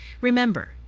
Remember